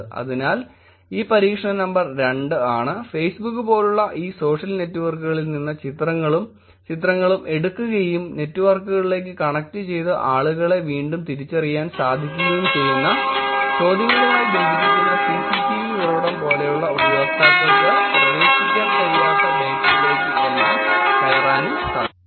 അതിനാൽ ഇത് പരീക്ഷണ നമ്പർ 2 ആണ് ഫേസ്ബുക്ക് പോലുള്ള ഈ സോഷ്യൽ നെറ്റ്വർക്കുകളിൽ നിന്ന് ചിത്രങ്ങളും ചിത്രങ്ങളും എടുക്കുകയും നെറ്റ്വർക്കുകളിലേക്ക് കണക്റ്റു ചെയ്ത് ആളുകളെ വീണ്ടും തിരിച്ചറിയാൻ സാധിക്കുകയും ചെയ്യുന്ന ചോദ്യങ്ങളുമായി ബന്ധിപ്പിക്കുന്ന സിസിടിവി ഉറവിടം പോലെയുള്ള ഉപയോക്താക്കൾക്ക് പ്രവേശിക്കാൻ കഴിയാത്ത ഡേറ്റയിലേക്ക് എല്ലാം കയറാനും സാധിക്കും